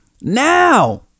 Now